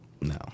No